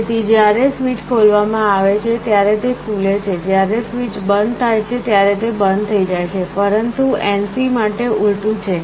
તેથી જ્યારે સ્વીચ ખોલવામાં આવે છે ત્યારે તે ખુલે છે જ્યારે સ્વીચ બંધ થાય છે ત્યારે તે બંધ થઈ જાય છે પરંતુ NC માટે ઊલટું છે